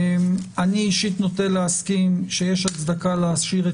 אני אישית נוטה להסכים שיש הצדקה להשאיר את